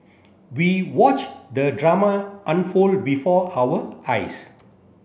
we watch the drama unfold before our eyes